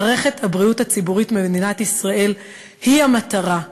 מערכת הבריאות הציבורית במדינת ישראל היא המטרה,